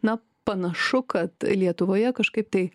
na panašu kad lietuvoje kažkaip tai